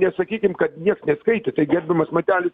nesakykim kad nieks neskaitė tai gerbiamas matelis